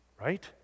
Right